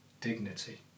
dignity